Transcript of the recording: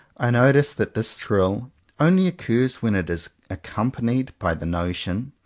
i notice that this thrill only occurs when it is accompanied by the notion,